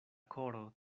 koro